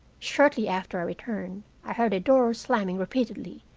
shortly after i returned i heard a door slamming repeatedly,